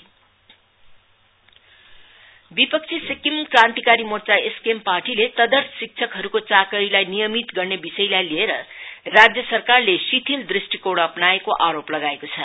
SKS विपक्षी Sikkim Krantikari Morcha SKM पार्टीले तदर्थ शिक्षकहरुको चाकरीलाई नियमित गर्ने विषयलाई लिएर राज्य सरकारले शिथिल दृष्टिकोण अपनाएको आरोप लगाएको छ